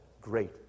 great